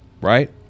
Right